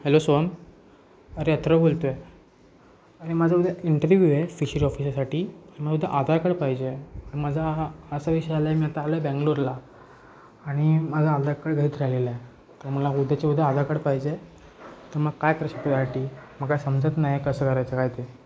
hello Soham अरे अथर्व बोलतो आहे अरे माझं उद्या इंटरव्ह्यू आहे साठी मला उद्या आधार कार्ड पाहिजे आहे माझा असा विषय झाला आहे मी आता आलं बँगलोरला आणि माझं आधार कार्ड घरीच राहिलेलं आहे तर मला उद्याच्या उद्या आधार कार्ड पाहिजे आहे तर मग काय करू शकतो त्यासाठी म काय समजत नाही कसं करायचं आहे काय ते